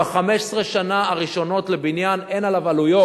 ב-15 השנה הראשונות לבניין אין עליו עלויות.